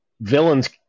villains